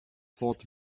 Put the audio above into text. port